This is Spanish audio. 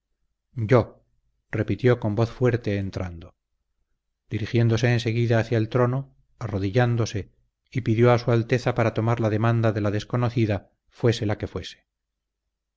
yo repitió con voz fuerte entrando dirigiéndose en seguida hacia el trono arrodillándose y pidió a su alteza para tomar la demanda de la desconocida fuese la que fuese